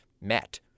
met